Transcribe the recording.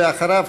ואחריו,